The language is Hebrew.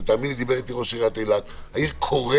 דיבר איתי ראש עיריית אילת העיר קורסת.